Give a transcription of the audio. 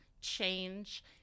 change